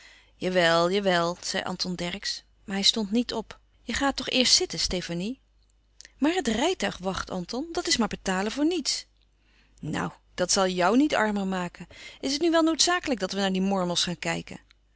jawel jawel zei anton dercksz maar hij stond niet op je gaat toch eerst zitten stefanie maar het rijtuig wacht anton dat is maar betalen voor niets nou dat zal jou niet armer maken is het nu wel noodzakelijk dat we naar die mormels gaan kijken